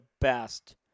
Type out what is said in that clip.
best